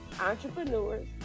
entrepreneurs